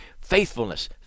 Faithfulness